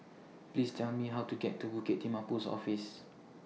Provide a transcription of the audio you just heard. Please Tell Me How to get to Bukit Timah Post Office